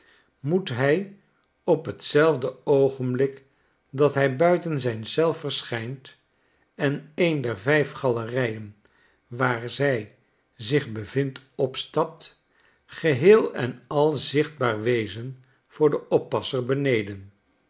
moet hij op t zelfde oogenblik dat hij buiten zijn eel verschijnt en een der vijf gaierijen waar zij zich bevindt opstapt geheei en al zichtbaar wezen voor den oppasser beneden